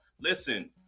listen